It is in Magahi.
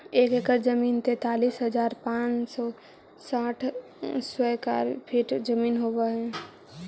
एक एकड़ जमीन तैंतालीस हजार पांच सौ साठ स्क्वायर फीट जमीन होव हई